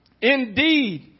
Indeed